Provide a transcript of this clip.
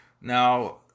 Now